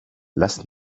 last